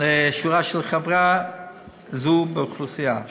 לשיעורה של חברה זו באוכלוסייה.